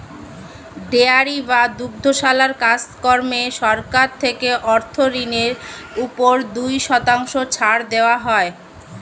dairy বা দুগ্ধশালার কাজ কর্মে সরকার থেকে অর্থ ঋণের উপর দুই শতাংশ ছাড় দেওয়া হয়